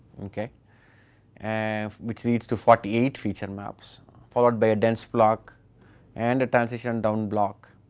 okay and which leads to forty eight feature maps followed by a dense block and a transition down block.